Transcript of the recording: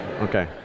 okay